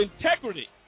integrity